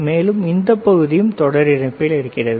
மேலும் இந்தப் பகுதியும் தொடர் இணைப்பில் இருக்கிறது